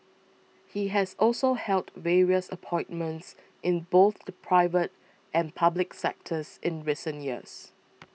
he has also held various appointments in both the private and public sectors in recent years